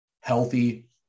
healthy